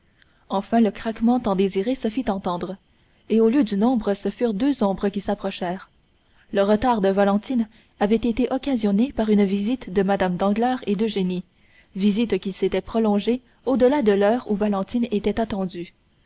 enfin le craquement tant désiré se fit entendre et au lieu d'une ombre ce furent deux ombres qui s'approchèrent le retard de valentine avait été occasionné par une visite de mme danglars et d'eugénie visite qui était prolongée au-delà de l'heure où valentine était attendue